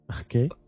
Okay